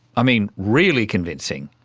i mean, really convincing.